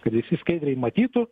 kad visi skaidriai matytų